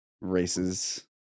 races